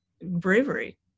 bravery